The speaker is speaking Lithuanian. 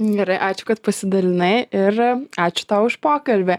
gerai ačiū kad pasidalinai ir ačiū tau už pokalbį